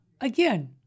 again